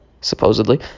supposedly